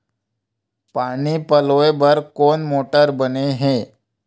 पानी पलोय बर कोन मोटर बने हे?